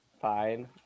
fine